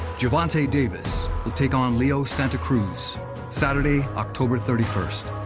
gervonta davis will take on leo santa cruz saturday, october thirty first.